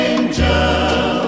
Angel